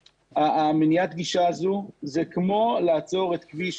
מניעת הגישה הזאת היא כמו לעצור את כביש